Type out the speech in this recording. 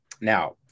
now